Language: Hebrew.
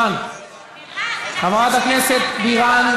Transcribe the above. חברת הכנסת בירן,